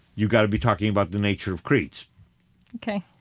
you've got to be talking about the nature of creeds ok.